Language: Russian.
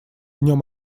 нем